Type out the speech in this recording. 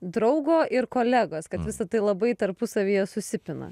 draugo ir kolegos kad visa tai labai tarpusavyje susipina